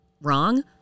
Wrong